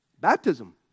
Baptism